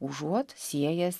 užuot siejęs